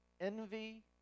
envy